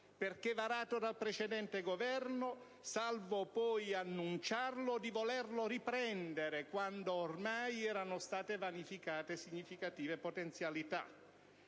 perché varato dal precedente Governo, salvo poi annunciare di volerlo riprendere quando ormai erano state vanificate significative potenzialità.